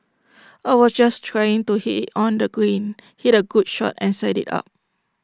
I was just trying to hit IT on the green hit A good shot and set IT up